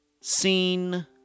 seen